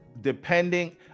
depending